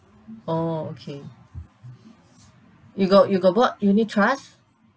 oh okay you got you got bought unit trust